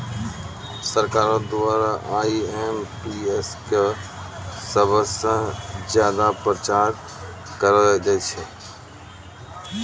सरकारो द्वारा आई.एम.पी.एस क सबस ज्यादा प्रचार करलो जाय छै